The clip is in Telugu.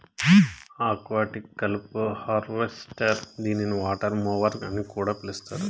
ఆక్వాటిక్ కలుపు హార్వెస్టర్ దీనిని వాటర్ మొవర్ అని కూడా పిలుస్తారు